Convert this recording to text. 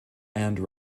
and